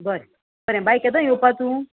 बरें बरें बाय केदो येवपा तूं